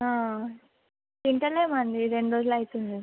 తినటంలేదండి రెండు రోజులు అవుతోంది